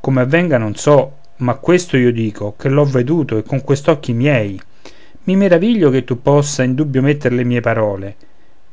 come avvenga non so ma questo io dico che l'ho veduto e con quest'occhi miei i meraviglio che tu possa in dubbio metter le mie parole